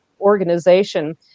organization